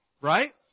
right